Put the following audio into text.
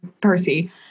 Percy